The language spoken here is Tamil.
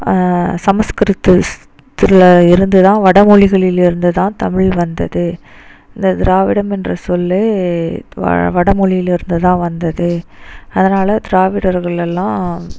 சமஸ்கிருத்துஸ்த்தில் இருந்து தான் வடமொழிகளில் இருந்து தான் தமிழ் வந்தது இந்த திராவிடம் என்ற சொல்லே வ வடமொழியிலேருந்துதான் வந்தது அதனால் திராவிடர்களெல்லாம்